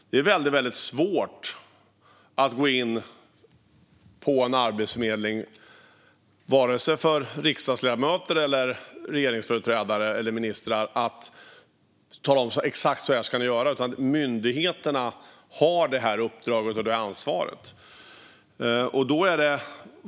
Det är väldigt svårt för riksdagsledamöter, regeringsföreträdare eller ministrar att gå till Arbetsförmedlingen och tala om exakt hur de ska göra. Myndigheterna har detta uppdrag och detta ansvar.